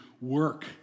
work